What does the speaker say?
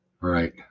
Right